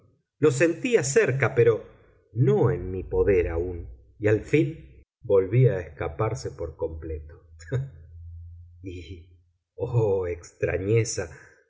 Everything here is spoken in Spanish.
lo sentía cerca pero no en mi poder aún y al fin volvía a escaparse por completo y